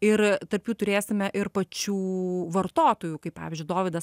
ir tarp jų turėsime ir pačių vartotojų kaip pavyzdžiui dovydas